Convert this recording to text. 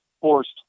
forced